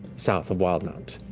south of wildemount.